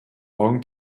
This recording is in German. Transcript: augen